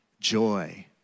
joy